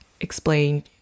explain